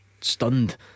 Stunned